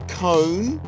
cone